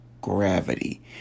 Gravity